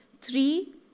Three